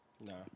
No